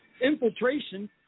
infiltration